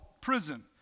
prison